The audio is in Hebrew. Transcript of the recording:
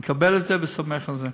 אני מקבל את זה וסומך על זה.